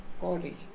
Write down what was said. college